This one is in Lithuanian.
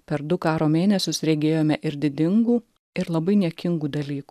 per du karo mėnesius regėjome ir didingų ir labai niekingų dalykų